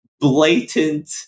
blatant